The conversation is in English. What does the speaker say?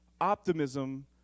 optimism